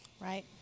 Right